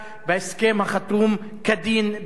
בהסכם החתום כדין ביניהם.